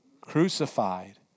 crucified